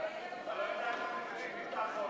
אתה לא יודע את המחירים, היא תעזור לך.